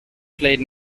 played